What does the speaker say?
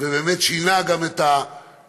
ובאמת שינה את השיטות,